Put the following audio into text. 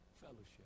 fellowship